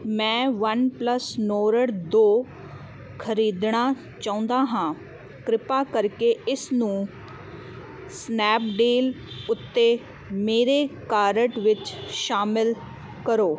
ਮੈਂ OnePlus Nord ਦੋ ਖਰੀਦਣਾ ਚਾਹੁੰਦਾ ਹਾਂ ਕਿਰਪਾ ਕਰਕੇ ਇਸ ਨੂੰ ਸਨੈਪਡੀਲ ਉੱਤੇ ਮੇਰੇ ਕਾਰਟ ਵਿੱਚ ਸ਼ਾਮਲ ਕਰੋ